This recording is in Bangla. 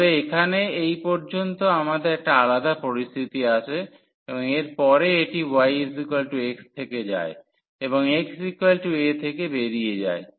তবে এখানে এই পর্যন্ত আমাদের একটি আলাদা পরিস্থিতি আছে এবং এর পরে এটি y x থেকে যায় এবং xa থেকে বেরিয়ে যায়